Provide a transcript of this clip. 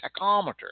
tachometer